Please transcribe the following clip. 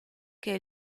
che